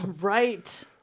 Right